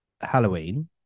halloween